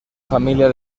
familia